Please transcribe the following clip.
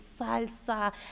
salsa